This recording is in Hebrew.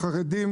חרדים,